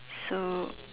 so